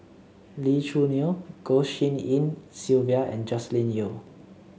Lee Choo Neo Goh Tshin En Sylvia and Joscelin Yeo